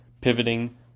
pivoting